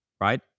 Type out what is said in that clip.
right